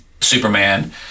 Superman